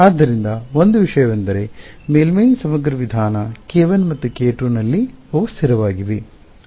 ಆದ್ದರಿಂದ ಒಂದು ವಿಷಯವೆಂದರೆ ಮೇಲ್ಮೈ ಸಮಗ್ರ ವಿಧಾನ k1 ಮತ್ತು k2 ನಲ್ಲಿ ಅವು ಸ್ಥಿರವಾಗಿವೆ